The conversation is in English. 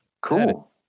cool